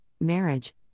marriage